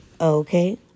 Okay